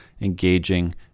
engaging